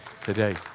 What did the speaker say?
today